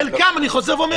חלקם אני חוזר ואומר,